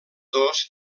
dos